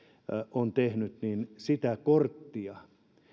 on tehnyt sitä korttia